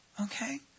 okay